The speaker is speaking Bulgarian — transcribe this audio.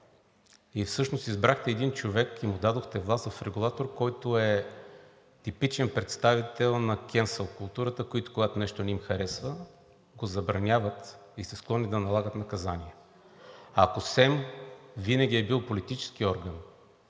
Всъщност избрахте един човек и му дадохте власт в регулатор, който е типичен представител на cancel културата, на които, когато нещо не им харесва, го забраняват и са склонни да налагат наказания. Ако СЕМ винаги е бил политически орган